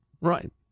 Right